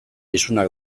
isunak